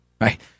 right